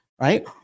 right